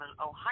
Ohio